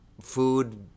food